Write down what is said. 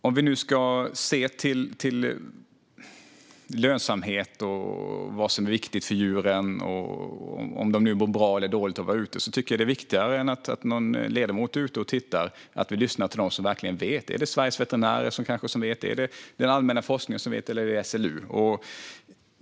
Om vi nu ska se till lönsamhet, vad som är viktigt för djuren och om de mår bra eller inte av att vara ute är det viktigare att vi lyssnar till dem som verkligen vet än att någon ledamot är ute och tittar. Är det kanske Sveriges veterinärer som vet? Är det den allmänna forskningen? Eller är det SLU?